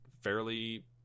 fairly